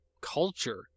culture